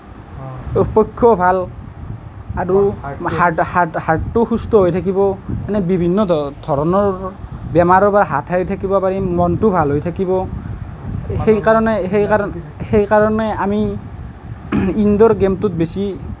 পক্ষেও ভাল আৰু হাৰ্ট হাৰ্ট হাৰ্টটোও সুস্থ হৈ থাকিব মানে বিভিন্ন ধৰণৰ বেমাৰৰ পৰা হাত সাৰি থাকিব পাৰি মনটোও ভাল হৈ থাকিব সেইকাৰণে আমি ইনডোৰ গেমটোত বেছি